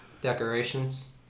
Decorations